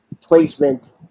placement